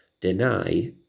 deny